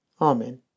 Amen